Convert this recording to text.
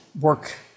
work